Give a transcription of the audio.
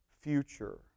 Future